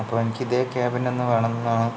അപ്പോൾ എനിക്ക് ഇതേ ക്യാബ് തന്നെ ഒന്ന് വേണമെന്നാണ്